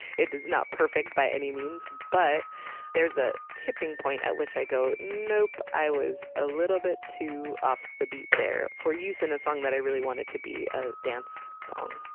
it is not perfect by any means, but there's a tipping point at which i go, nope, i was a little bit too off the beat there. for use in a song that i really wanted to be a dance song